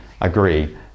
agree